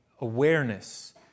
awareness